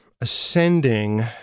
ascending